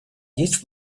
есть